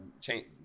change